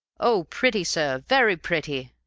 oh, pretty, sir! very pretty!